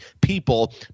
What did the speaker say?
people